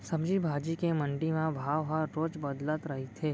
सब्जी भाजी के मंडी म भाव ह रोज बदलत रहिथे